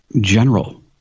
General